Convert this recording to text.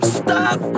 stop